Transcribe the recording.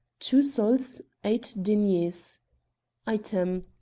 two sols eight deniers item.